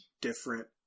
different